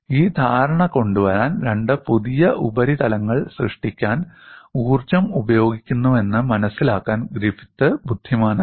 ഈ ധാരണ കൊണ്ടുവരാൻ രണ്ട് പുതിയ ഉപരിതലങ്ങൾ സൃഷ്ടിക്കാൻ ഊർജ്ജം ഉപയോഗിക്കുന്നുവെന്ന് മനസ്സിലാക്കാൻ ഗ്രിഫിത്ത് ബുദ്ധിമാനായിരുന്നു